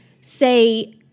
say